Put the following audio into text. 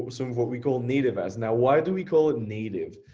sort of what we call native ads. now why do we call it native?